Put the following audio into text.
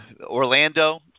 Orlando